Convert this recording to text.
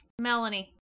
Melanie